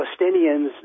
Palestinians